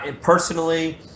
Personally